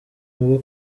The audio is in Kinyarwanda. nubwo